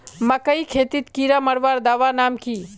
मकई खेतीत कीड़ा मारवार दवा नाम की?